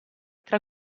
tra